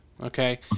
okay